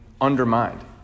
undermined